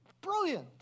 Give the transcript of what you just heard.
Brilliant